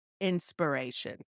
inspiration